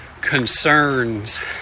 concerns